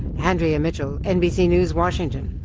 andrea mitchell, nbc news, washington.